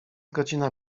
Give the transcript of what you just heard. godzina